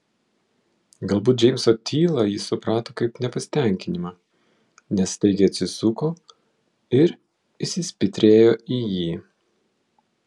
galbūt džeimso tylą ji suprato kaip nepasitenkinimą nes staigiai atsisuko ir įsispitrėjo į jį